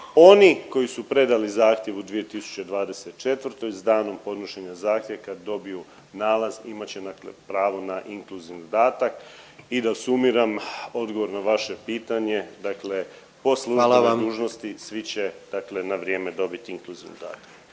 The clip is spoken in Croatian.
Oni koji su predali zahtjev u 2024., s danom podnošenja zahtjeva kad dobiju nalaz imat će dakle pravo na inkluzivni dodatak. I da sumiram odgovor na vaše pitanje, dakle…/Upadica predsjednik: Hvala vam./…po službenoj dužnosti svi će dakle na vrijeme dobiti inkluzivni dodatak.